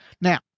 Now